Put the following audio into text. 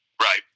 Right